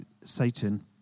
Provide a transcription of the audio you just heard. Satan